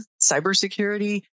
cybersecurity